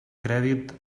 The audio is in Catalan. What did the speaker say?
crèdit